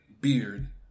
beard